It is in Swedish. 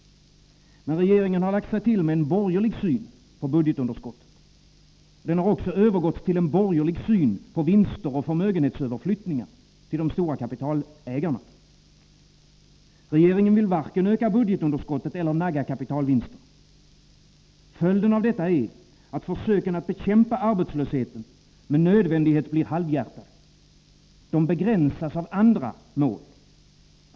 Men regeringen har lagt sig till med en borgerlig syn på budgetunderskottet, och den har också övergått till en borgerlig syn på vinster och överflyttningar av förmögenheter till de stora kapitalägarna. Regeringen vill varken öka budgetunderskottet eller nagga kapitalvinsterna. Följden av detta är att försöken att bekämpa arbetslösheten med nödvändighet blir halvhjärtade. De begränsas av andra mål.